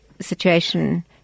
situation